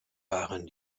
waren